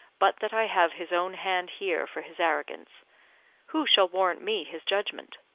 but that i have his own hand here for his arrogance who shall warrant me his judgment?